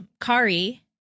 Kari